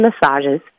massages